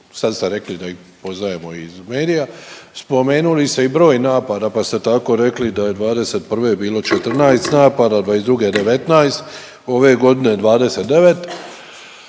sad ste rekli da ih poznajemo iz medija, spomenuli ste i broj napada pa ste tako rekli da je '21. bilo 14 napada, '22. – 19, ove godine 29.